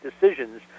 decisions